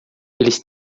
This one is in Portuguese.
eles